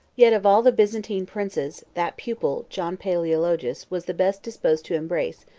yet of all the byzantine princes, that pupil, john palaeologus, was the best disposed to embrace,